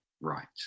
right